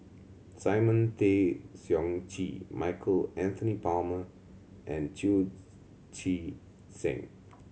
Simon Tay Seong Chee Michael Anthony Palmer and Chu Chee Seng